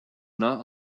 not